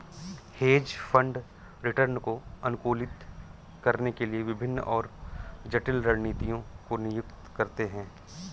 hedge fund return को अनुकूलित करने के लिए विभिन्न और जटिल रणनीतियों को नियुक्त करते हैं